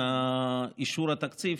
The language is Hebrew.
אישור התקציב,